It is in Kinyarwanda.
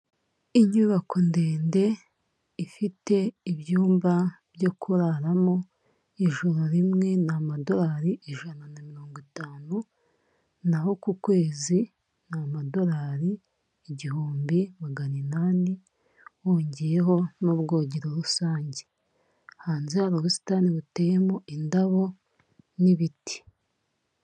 Inyubako ndende ifite ibyumba byo kuraramo, ijoro rimwe ni amadolari ijana na mirongo itanu, naho ku kwezi ni amadolari igihumbi magana inani wongeyeho n'ubwogero rusange. Hanze hari ubusitani buteyemo indabo n'ibiti.